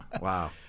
Wow